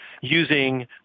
using